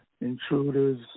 Intruders